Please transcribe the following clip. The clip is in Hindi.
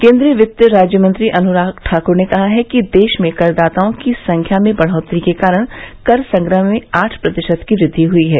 केन्द्रीय वित्त राज्यमंत्री अन्राग ठाक्र ने कहा है कि देश में करदाताओं की संख्या में बढोतरी के कारण कर संग्रह में आठ प्रतिशत की वृद्धि हई है